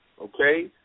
okay